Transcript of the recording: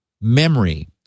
memory